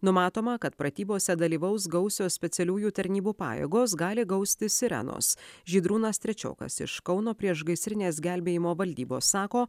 numatoma kad pratybose dalyvaus gausios specialiųjų tarnybų pajėgos gali gausti sirenos žydrūnas trečiokas iš kauno priešgaisrinės gelbėjimo valdybos sako